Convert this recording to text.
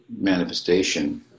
manifestation